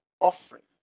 offering